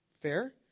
Fair